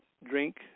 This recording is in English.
Drink